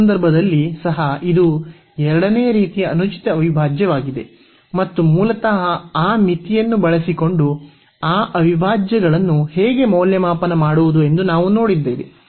ಆ ಸಂದರ್ಭದಲ್ಲಿ ಸಹ ಇದು ಎರಡನೆಯ ರೀತಿಯ ಅನುಚಿತ ಅವಿಭಾಜ್ಯವಾಗಿದೆ ಮತ್ತು ಮೂಲತಃ ಆ ಮಿತಿಯನ್ನು ಬಳಸಿಕೊಂಡು ಆ ಅವಿಭಾಜ್ಯಗಳನ್ನು ಹೇಗೆ ಮೌಲ್ಯಮಾಪನ ಮಾಡುವುದು ಎಂದು ನಾವು ನೋಡಿದ್ದೇವೆ